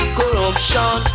corruption